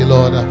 Lord